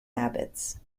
habits